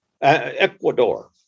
Ecuador